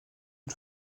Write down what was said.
une